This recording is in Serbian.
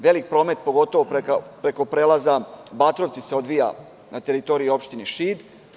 Veliki je promet, pogotovo preko prelaza Batrovci, a odvija se na teritoriji opštine Šid.